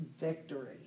victory